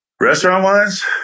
Restaurant-wise